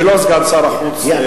ולא סגן שר החוץ,